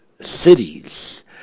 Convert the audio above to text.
cities